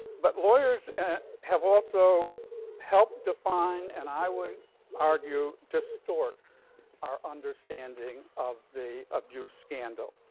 but lawyers have also helped define and i would argue, distort our understanding of the abuse scandal.